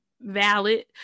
Valid